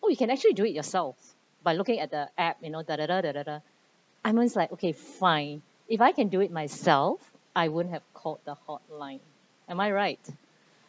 oh you can actually do it yourself by looking at the app you know I'm one's like okay fine if I can do it myself I wouldn't have called the hotline am I right